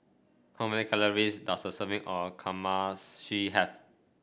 how many calories does a serving of Kamameshi have